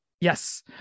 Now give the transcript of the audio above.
Yes